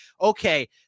okay